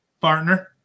partner